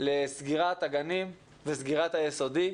לסגירת הגנים וסגירת היסודי.